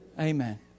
Amen